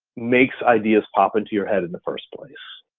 makes ideas pop into your head in the first place.